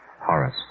Horace